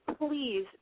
please